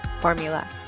formula